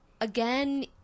Again